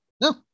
No